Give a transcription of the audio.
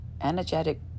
energetic